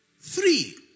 Three